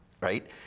right